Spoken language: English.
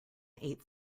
eight